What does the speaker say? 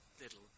little